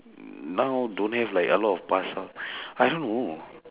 now don't have like a lot of pasar I don't know